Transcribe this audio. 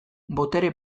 botere